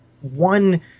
one